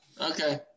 Okay